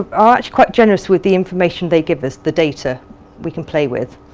are quite generous with the information they give us, the data we can play with.